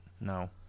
no